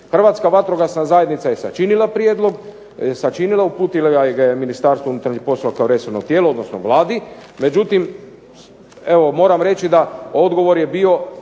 Hrvatska vatrogasna zajednica je sačinila prijedlog, sačinila i uputila ga je Ministarstvu unutarnjih poslova kao resorno tijelo, odnosno Vladi, međutim evo moram reći da odgovor je bio